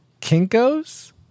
Kinkos